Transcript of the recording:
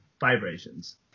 vibrations